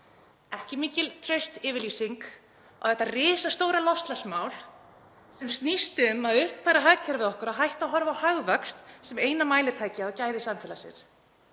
ekki mikil traustsyfirlýsing á þetta risastóra loftslagsmál sem snýst um að uppfæra hagkerfið okkar og hætta að horfa á hagvöxt sem eina mælitækið á gæði samfélagsins,